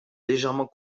légèrement